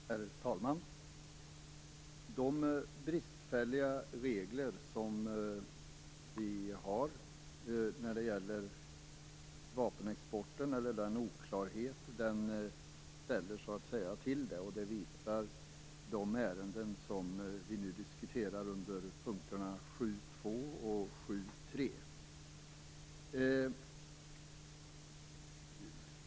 Herr talman! De bristfälliga regler som vi har när det gäller vapenexporten och den oklarhet som finns ställer till det. Det visar de ärenden som vi nu diskuterar under punkterna 7.2 och 7.3.